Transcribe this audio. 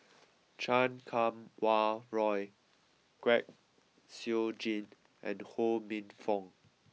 Chan Kum Wah Roy Kwek Siew Jin and Ho Minfong